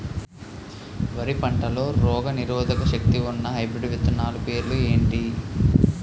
వరి పంటలో రోగనిరోదక శక్తి ఉన్న హైబ్రిడ్ విత్తనాలు పేర్లు ఏంటి?